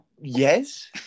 yes